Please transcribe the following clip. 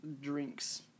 drinks